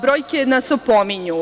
Brojke nas opominju.